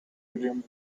william